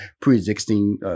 pre-existing